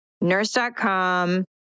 nurse.com